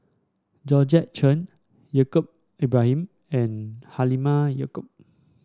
Georgette Chen Yaacob Ibrahim and Halimah Yacob